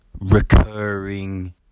recurring